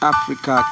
Africa